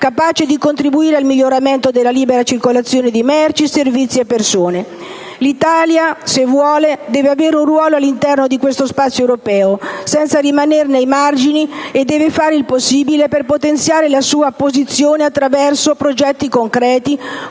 capace di contribuire al miglioramento della libera circolazione di merci, servizi e persone. L'Italia, se vuole, deve avere un ruolo all'interno di questo spazio europeo, senza rimanerne ai margini, e deve fare il possibile per rafforzare la sua posizione attraverso progetti concreti,